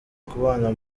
kubana